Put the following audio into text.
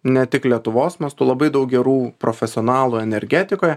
ne tik lietuvos mastu labai daug gerų profesionalų energetikoje